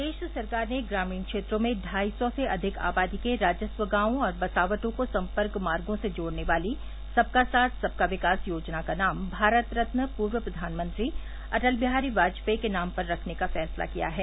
प्रदेश सरकार ने ग्रामीण क्षेत्रों में ढाई सौ से अविक आबादी के राजस्व गांवों और बसावटों को सम्पर्क मार्गो से जोड़ने वाली सबका साथ सबका विकास योजना का नाम भारत रल पूर्व प्रधानमंत्री अटल विहारी वाजपेयी के नाम पर रखने का फैसला किया है